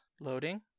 Loading